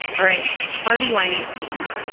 all right. harvey weinstein.